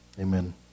Amen